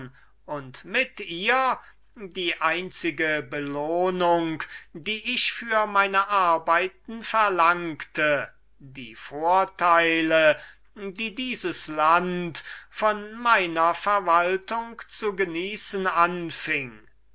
und die einzige belohnung die ich für meine arbeiten verlange die vorteile welche dieses land von meiner verwaltung zu genießen